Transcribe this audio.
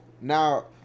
now